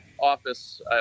office –